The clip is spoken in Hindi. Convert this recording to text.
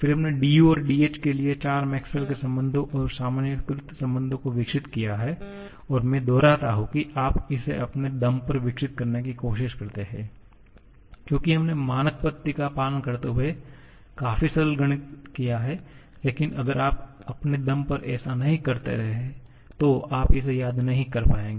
फिर हमने du और dh के लिए चार मैक्सवेल के संबंधों Maxwells relations और सामान्यीकृत संबंधों को विकसित किया और मैं दोहराता हूं कि आप इसे अपने दम पर विकसित करने की कोशिश करते हैं क्योंकि हमने मानक पद्धति का पालन करते हुए काफी सरल गणित किया है लेकिन अगर आप अपने दम पर ऐसा नहीं कर रहे हैं तो आप इसे याद नहीं कर पाएंगे